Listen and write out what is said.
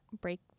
break